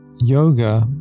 Yoga